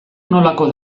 nolako